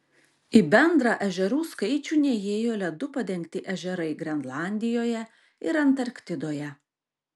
į bendrą ežerų skaičių neįėjo ledu padengti ežerai grenlandijoje ir antarktidoje